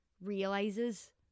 realizes